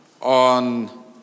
on